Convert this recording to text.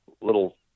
little